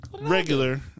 Regular